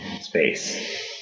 space